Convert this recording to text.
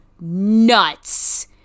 nuts